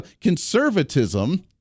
Conservatism